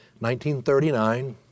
1939